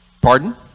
Pardon